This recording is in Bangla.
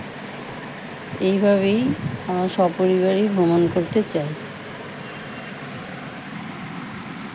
এইভাবেই আমার সপরিবারই ভ্রমণ করতে চাই